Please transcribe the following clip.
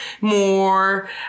more